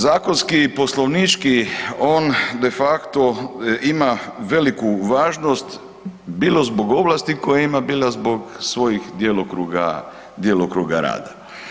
Zakonski i poslovnički on de facto ima veliku važnost bilo zbog ovlasti koje ima, bilo zbog svojih djelokruga, djelokruga rada.